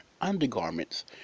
undergarments